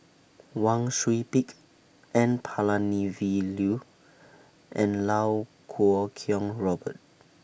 Wang Sui Pick N Palanivelu and Lau Kuo Kwong Robert